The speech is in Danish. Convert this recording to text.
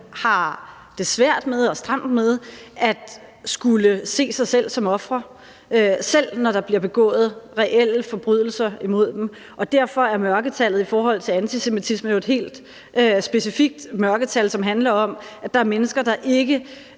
har det svært med og stramt med at skulle se sig selv som ofre, selv når der bliver begået reelle forbrydelser imod dem. Derfor er mørketallet i forhold til antisemitisme et helt specifikt mørketal, som handler om, at der er mennesker, der ikke